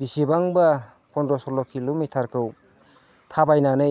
बिसिबांबा पन्द्र' सल्ल' किल'मिटारखौ थाबायनानै